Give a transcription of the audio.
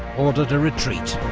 ordered a retreat.